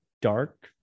dark